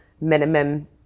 minimum